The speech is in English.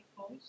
voice